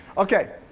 okay,